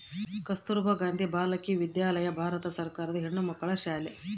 ಕಸ್ತುರ್ಭ ಗಾಂಧಿ ಬಾಲಿಕ ವಿದ್ಯಾಲಯ ಭಾರತ ಸರ್ಕಾರದ ಹೆಣ್ಣುಮಕ್ಕಳ ಶಾಲೆ